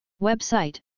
Website